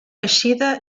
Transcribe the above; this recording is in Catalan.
eixida